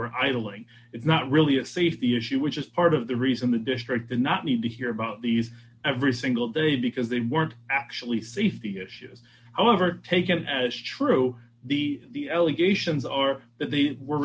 were idling is not really a safety issue which is part of the reason the district did not need to hear about these every single day because they weren't actually safety issues however taken as true the the allegations are that these were